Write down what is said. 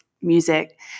music